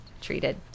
treated